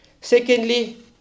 Secondly